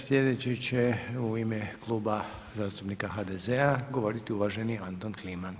Sljedeći će u ime Kluba zastupnika HDZ-a govoriti uvaženi Anton Kliman.